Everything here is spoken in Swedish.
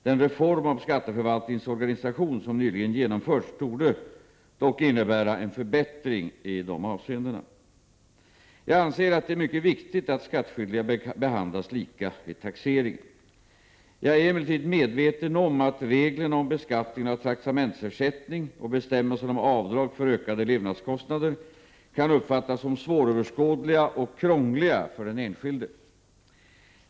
Den reform av skatteförvaltningens organisation som nyligen genomförts torde dock innebära en förbättring i dessa avseenden. Jag anser att det är mycket viktigt att skattskyldiga behandlas lika vid taxeringen. Jag är emellertid medveten om att reglerna om beskattningen av traktamentsersättning och bestämmelserna om avdrag för ökade levnadskostnader kan uppfattas som svåröverskådliga och krångliga för den enskilde.